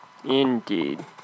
Indeed